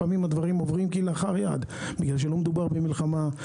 לפעמים הדברים עוברים כלאחר יד בגלל שלא מדובר במלחמה.